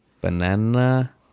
Banana